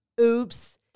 Oops